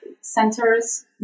centers